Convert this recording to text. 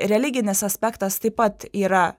religinis aspektas taip pat yra